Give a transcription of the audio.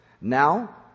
Now